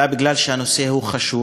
אלא מפני שהנושא הוא חשוב.